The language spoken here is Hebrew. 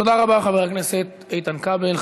תודה רבה לחבר הכנסת איתן כבל.